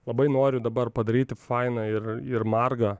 labai noriu dabar padaryti fainą ir ir margą